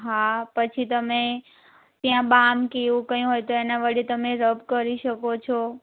હા પછી તમે ત્યાં બામ કે એવું કંઈ હોય કે એના વડે તમે રબ કરી શકો છો